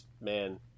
man